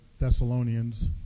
Thessalonians